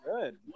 good